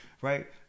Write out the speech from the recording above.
right